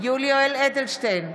יולי יואל אדלשטיין,